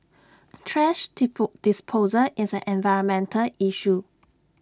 thrash disposal is an environmental issue